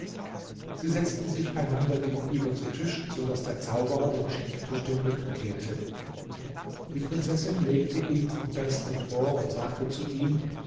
sie setzten sich einander gegenüber zu tisch so daß der zauberer dem schenktisch den rücken kehrte die prinzessin legte ihm vom besten vor und sagte zu ihm